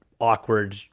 awkward